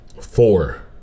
Four